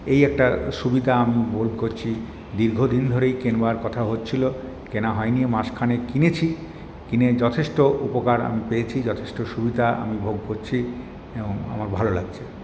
এই একটা সুবিধা আমি বোধ করছি দীর্ঘদিন ধরেই কিনবার কথা হচ্ছিল কেনা হয়নি মাসখানেক কিনেছি কিনে যথেষ্ট উপকার আমি পেয়েছি যথেষ্ট সুবিধা আমি ভোগ করছি এবং আমার ভালো লাগছে